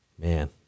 Man